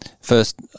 First